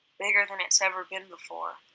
bigger than it's ever been before.